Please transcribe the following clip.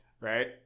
Right